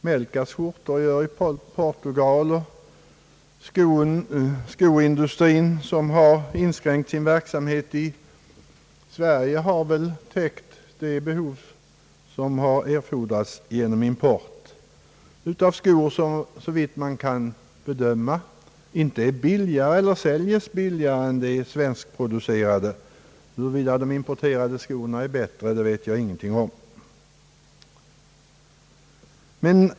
Man har funnit yrkeskunnigt folk i Portugal, och skoindustrin har inskränkt sin verksamhet i Sverige och täckt de behov som behövt täckas genom import av skor, vilka, såvitt jag kan bedöma, inte säljs billigare än de i Sverige producerade. Huruvida de importerade skorna är bättre vet jag ingenting om.